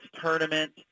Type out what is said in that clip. tournament